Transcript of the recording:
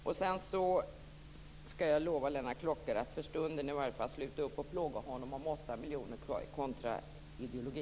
Jag skall, för stunden, lova Lennart Klockare att sluta plåga honom om 8 miljoner kontra ideologi.